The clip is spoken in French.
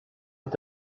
est